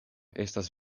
estas